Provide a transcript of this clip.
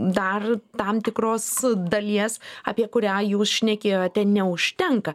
dar tam tikros dalies apie kurią jūs šnekėjote neužtenka